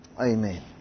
Amen